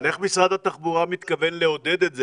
אבל איך משרד התחבורה מתכוון לעודד את זה